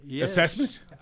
assessment